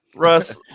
russ,